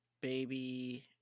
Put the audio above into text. baby